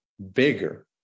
bigger